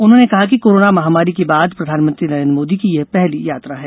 उन्होंने कहा कि कोरोना महामारी की बाद प्रधानमंत्री नरेन्द्र मोदी की यह पहली यात्रा है